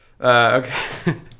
Okay